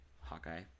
Hawkeye